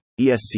ESC